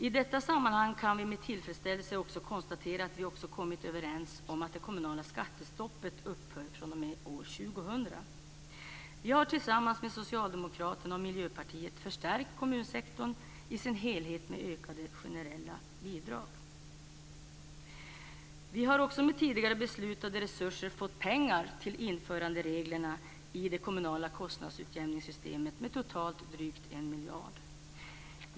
I detta sammanhang kan vi också med tillfredsställelse konstatera att vi kommit överens om att det kommunala skattestoppet skall upphöra fr.o.m. år Vi har tillsammans med Socialdemokraterna och Miljöpartiet förstärkt kommunsektorn i dess helhet med ökade generella bidrag. Vi har också med tidigare beslutade resurser fått totalt drygt en miljard till genomförande av införandereglerna i det kommunala kostnadsutjämningssystemet.